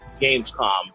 gamescom